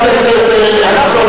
חבר הכנסת חסון,